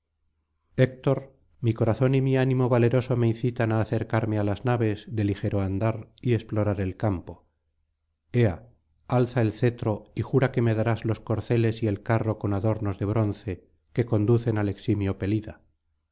mi corazón y mi ánimo valeroso me incitan á acercarme á las naves de ligero andar y explorar el campo ea alza el cetro y jura que me darás los corceles y el carro con adornos de bronce que conducen al eximio pelida